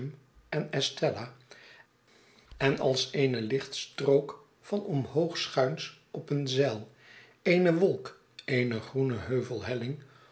en estelia en als eene lichtstrook van omhoog schuins op een zeil eene wolk eene groene